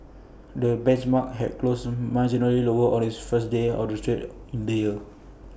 the benchmark had closed marginally lower on its first day of trade in the year